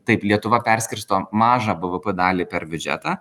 taip lietuva perskirsto mažą bvp dalį per biudžetą